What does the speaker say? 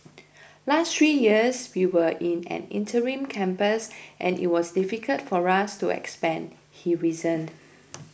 last three years we were in an interim campus and it was difficult for us to expand he reasoned